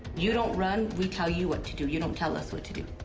you don't run, we tell you what to do, you don't tell us what to do.